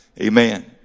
Amen